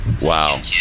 Wow